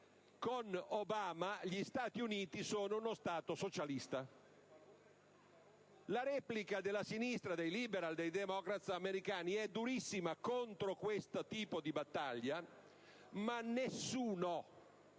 con Obama gli Stati Uniti sono uno Stato socialista. La replica della sinistra - dei *liberal*, dei *democrat* americani - è durissima contro questo tipo di battaglia, ma nessuno,